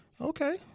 Okay